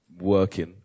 working